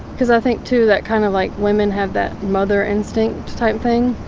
cause i think too that kind of like women have that mother instinct type thing.